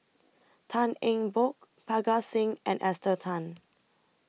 Tan Eng Bock Parga Singh and Esther Tan